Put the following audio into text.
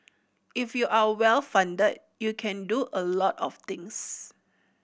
if you are well funded you can do a lot of things